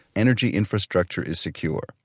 energy infrastructure is secure.